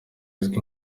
izwi